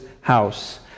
house